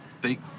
big